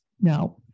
Now